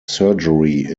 surgery